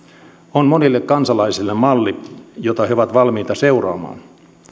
on monille kansalaisille malli jota he ovat valmiita seuraamaan